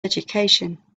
education